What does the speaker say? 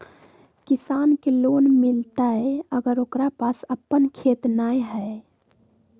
किसान के लोन मिलताय अगर ओकरा पास अपन खेत नय है?